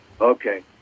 Okay